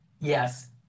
Yes